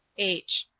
h.